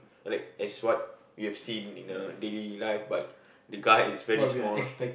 like as what we have seen in the daily life but the guy is very small